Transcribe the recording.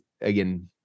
again